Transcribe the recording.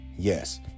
Yes